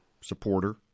supporter